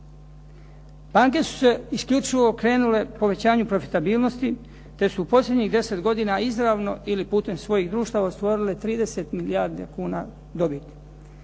Banke su se isključivo okrenule povećanju profitabilnosti te su u posljednjih deset godina izravno ili putem svojih društava ostvarile 30 milijardi kuna dobiti.